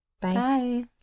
Bye